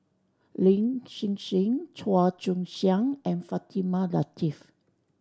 Lin Hsin Hsin Chua Joon Siang and Fatimah Lateef